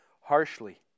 harshly